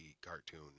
cartoon